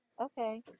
Okay